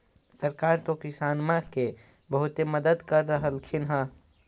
सरकार तो किसानमा के बहुते मदद कर रहल्खिन ह?